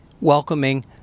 welcoming